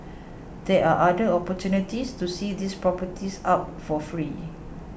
there are other opportunities to see these properties up for free